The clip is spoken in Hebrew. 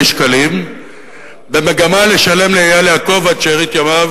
שקלים במגמה לשלם לאייל יעקב עד שארית ימיו